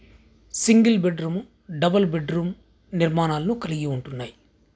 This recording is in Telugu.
సింగిల్ బెడ్రూము డబల్ బెడ్రూము నిర్మాణాలల్లో కలిగి ఉంటున్నాయి